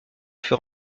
fut